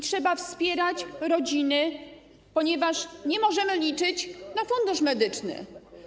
Trzeba wspierać rodziny, ponieważ nie możemy liczyć na Fundusz Medyczny.